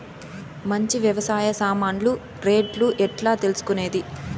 మంచి వ్యవసాయ సామాన్లు రేట్లు ఎట్లా తెలుసుకునేది?